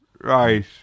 Right